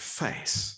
face